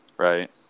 Right